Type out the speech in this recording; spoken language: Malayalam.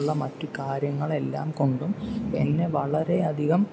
മറ്റു കാര്യങ്ങൾ എല്ലാം കൊണ്ടും എന്നെ വളരെ അധികം